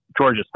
Georgia